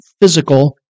physical